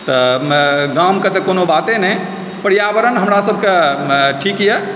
ताहिमे गामके तऽ कोनो बाते नहि पर्यावरण हमरा सभके ठीक यऽ